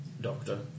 doctor